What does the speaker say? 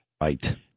right